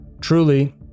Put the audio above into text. Truly